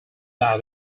that